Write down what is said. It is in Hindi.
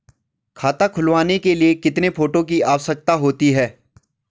खाता खुलवाने के लिए कितने फोटो की आवश्यकता होती है?